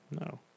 No